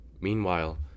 Meanwhile